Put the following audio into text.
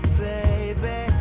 baby